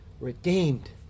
redeemed